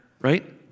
right